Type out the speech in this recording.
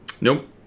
Nope